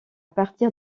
partir